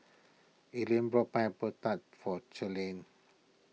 Ellie bought Pineapple Tart for Charlene